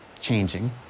changing